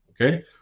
Okay